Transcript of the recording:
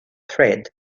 thread